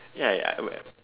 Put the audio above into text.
ya ya I would have